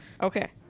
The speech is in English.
Okay